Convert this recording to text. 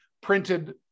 printed